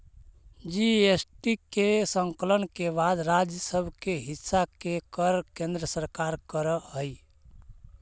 GST के संकलन के बाद राज्य सब के हिस्सा के कर केन्द्र सरकार कर हई